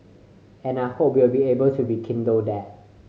and I hope we'll be able to rekindle that